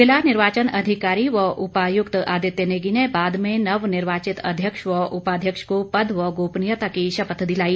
जिला निर्वाचन अधिकारी व उपायुक्त आदित्य नेगी ने बाद में नवनिर्वाचित अध्यक्ष व उपाध्यक्ष को पद व गोपनीयता की शपथ दिलाई